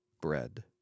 bread